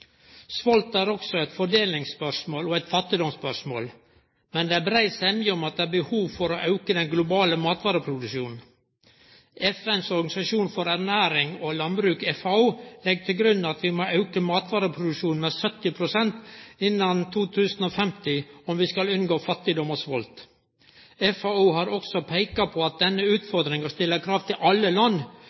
Svolt er også eit fordelingsspørsmål og eit fattigdomsspørsmål. Men det er brei semje om at det er behov for å auke den globale matvareproduksjonen. FNs organisasjon for ernæring og landbruk, FAO, legg til grunn at vi må auke matvareproduksjonen med 70 pst. innan 2050 om vi skal unngå fattigdom og svolt. FAO har også peika på at denne utfordringa stiller krav til alle land,